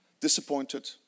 Disappointed